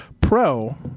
pro